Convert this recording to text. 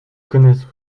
connaissent